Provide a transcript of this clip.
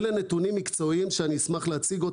אלה נתונים מקצועיים שאני אשמח להציג.